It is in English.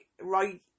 right